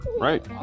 right